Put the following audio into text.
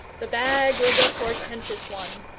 the bag was a portentous one.